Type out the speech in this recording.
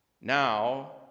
Now